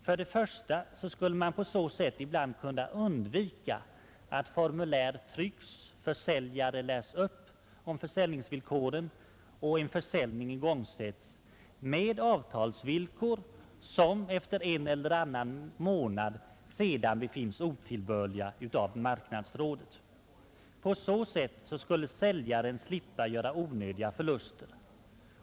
För det första skulle man på så sätt ibland kunna undvika att formulär trycks, försäljare läres upp om försäljningsvillkoren och försäljning igångsättes — med avtalsvillkor som efter en eller annan månad befinnes otillbörligt av marknadsrådet. På så sätt skulle säljaren slippa göra onödiga förluster.